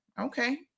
Okay